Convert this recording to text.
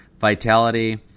Vitality